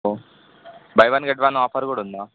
ఓ buy one get one offer కూడా ఉందా